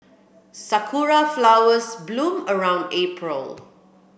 sakura flowers bloom around April